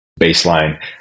baseline